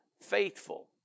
faithful